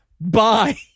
bye